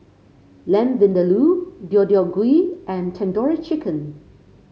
Lamb Vindaloo Deodeok Gui and Tandoori Chicken